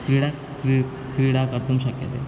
क्रीडा क्रीडितुं क्रीडा कर्तुं शक्यते